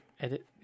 edit